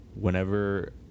whenever